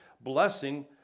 blessing